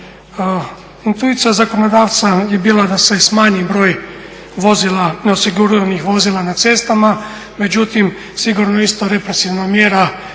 Intencija zakonodavca je bila da se smanji broj vozila, neosiguran vozila na cestama međutim, sigurno isto represivna mjera